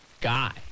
guy